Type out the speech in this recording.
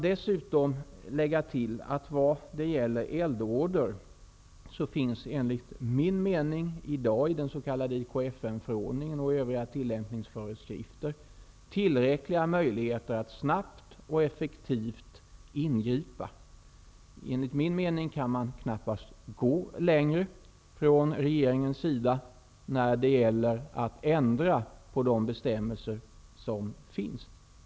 Dessutom vill jag tillägga att det när det gäller eldorder i dag finns enligt min mening tillräckliga möjligheter att snabbt och effektivt ingripa genom den s.k. IKFN-förordningen och övriga tillämpningsföreskrifter. Regeringen kan knappast gå längre i fråga om att ändra de bestämmelser som finns.